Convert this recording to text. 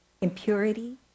impurity